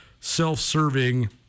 self-serving